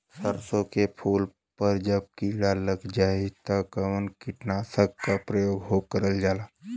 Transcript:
सरसो के फूल पर जब किड़ा लग जाला त कवन कीटनाशक क प्रयोग करल जाला?